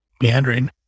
meandering